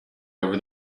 over